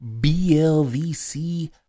BLVC